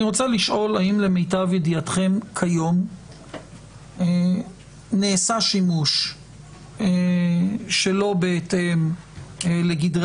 אני רוצה לשאול האם למיטב ידיעתכם כיום נעשה שימוש שלא בהתאם לגדרי